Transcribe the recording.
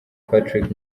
patrick